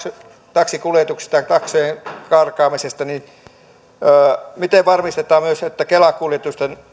taksikuljetuksista ja taksojen karkaamisesta miten varmistetaan myös että kela kuljetusten